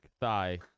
thigh